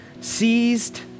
seized